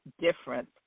different